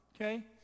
okay